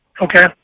Okay